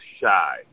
shy